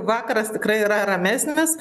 vakaras tikrai yra ramesnis